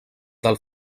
del